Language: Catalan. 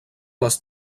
les